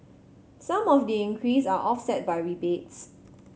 some of the increase are offset by rebates